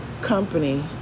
company